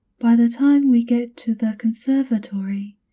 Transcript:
by the time we get to the conservatory,